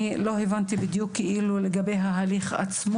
מהרפרוף המהיר שלי עכשיו בהצעה אני לא בדיוק הבנתי לגבי ההליך עצמו.